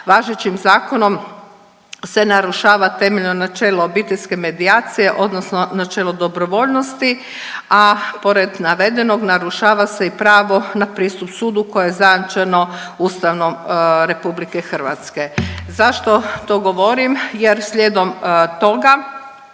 važećim zakonom se narušava temeljno načelo obiteljske medijacije, odnosno načelo dobrovoljnosti, a pored navedenog narušava se i pravo na pristup sudu koje je zajamčeno Ustavom Republike Hrvatske. Zašto to govorim? Jer slijedom toga